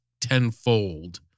tenfold